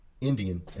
indian